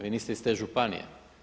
Vi niste iz te županije.